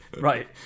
Right